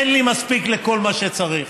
אין לי מספיק לכל מה שצריך.